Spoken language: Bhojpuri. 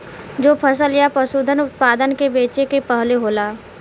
जो फसल या पसूधन उतपादन के बेचे के पहले होला